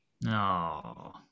No